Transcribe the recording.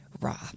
raw